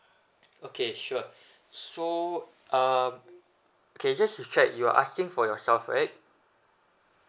okay sure so uh okay just to check you are asking for yourself right